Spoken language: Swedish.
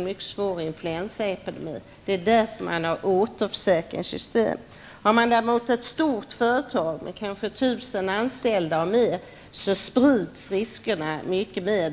en mycket svår influensaepidemi, med tanke på allt vad en sådan kan medföra. Därför finns det ett återförsäkringssystem. När det gäller ett stort företag med kanske 1 000 anställda eller fler blir det däremot en större riskspridning.